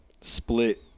split